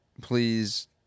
please